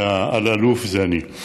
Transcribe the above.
ואלאלוף זה אני.